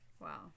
Wow